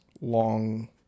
long